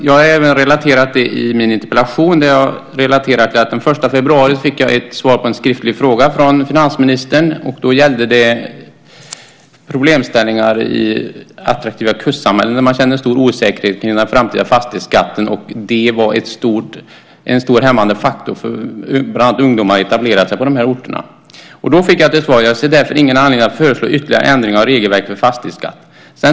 Jag har relaterat det i min interpellation. Jag skrev där att jag den 1 februari fick ett svar från finansministern på en skriftlig fråga. Då gällde det problemställningar i attraktiva kustsamhällen, där man känner stor osäkerhet inför den framtida fastighetsskatten, och det är en starkt hämmande faktor för bland annat ungdomar att etablera sig på dessa orter. Då fick jag till svar: "Jag ser därför inga skäl att nu föreslå ytterligare ändringar av regelverket för fastighetsskatt."